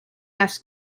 las